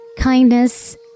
kindness